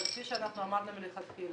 אבל כפי שאמרנו מלכתחילה,